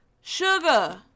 sugar